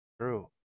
true